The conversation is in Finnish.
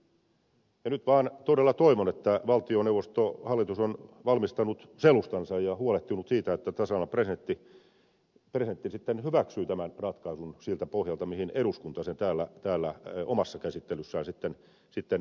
nyt vaan todella toivon että valtioneuvosto hallitus on varmistanut selustansa ja huolehtinut siitä että tasavallan presidentti sitten hyväksyy tämän ratkaisun siltä pohjalta mihin eduskunta täällä omassa käsittelyssään sitten päätyy